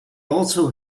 also